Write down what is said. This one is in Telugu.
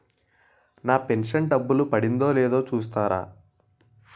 నా పెను షన్ డబ్బులు పడిందో లేదో చూస్తారా?